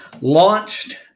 launched